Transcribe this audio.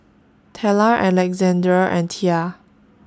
Tella Alexandr and Tia